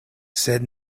sed